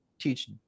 teach